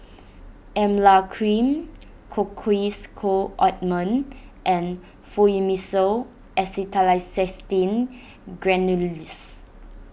Emla Cream Cocois Co Ointment and Fluimucil Acetylcysteine Granules